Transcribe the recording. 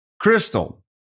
Crystal